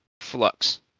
flux